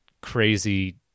crazy